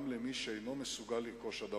גם למי שאינו מסוגל לרכוש אדמות,